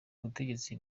ubutegetsi